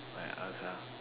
I ask ah